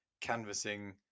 canvassing